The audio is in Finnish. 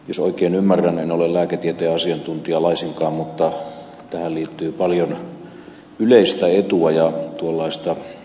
jos oikein ymmärrän en ole lääketieteen asiantuntija laisinkaan tähän liittyy paljon yleistä etua ja yleistä hyvää edistäviä päämääriä